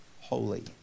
holy